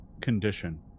condition